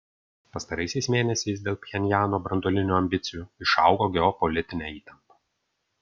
pastaraisiais mėnesiais dėl pchenjano branduolinių ambicijų išaugo geopolitinė įtampa